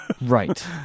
right